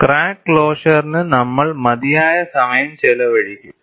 crack ക്ലോഷറിന് നമ്മൾ മതിയായ സമയം ചെലവഴിക്കും